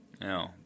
No